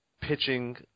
pitching